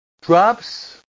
drops